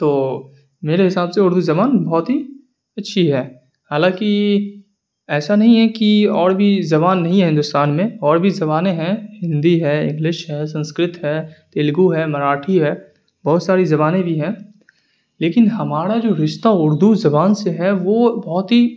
تو میرے حساب سے اردو زبان بہت ہی اچھی ہے حالانکہ ایسا نہیں ہے کہ اور بھی زبان نہیں ہیں ہندوستان میں اور بھی زبانیں ہیں ہندی ہے انگلش ہے سنسکرت ہے تیلگو ہے مراٹھی ہے بہت ساری زبانیں بھی ہیں لیکن ہمارا جو رشتہ اردو زبان سے ہے وہ بہت ہی